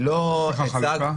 יש לך חלוקה?